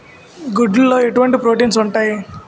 గుడ్లు లో ఎటువంటి ప్రోటీన్స్ ఉంటాయి?